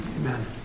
Amen